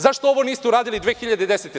Zašto ovo niste uradili 2010. godine?